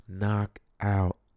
knockout